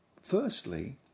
Firstly